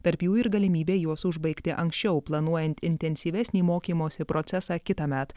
tarp jų ir galimybė juos užbaigti anksčiau planuojant intensyvesnį mokymosi procesą kitąmet